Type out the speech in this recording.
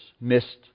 missed